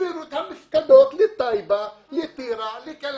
העבירו את המפקדות לטייבה, לטירה, לקלנסואה,